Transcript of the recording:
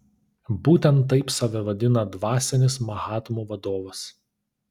būtent taip save vadina dvasinis mahatmų vadovas